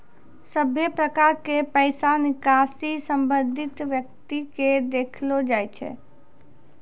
सभे प्रकार के पैसा निकासी संबंधित व्यक्ति के देखैलो जाय छै